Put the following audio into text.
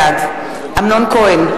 בעד אמנון כהן,